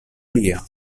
lia